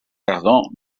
tardor